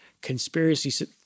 conspiracy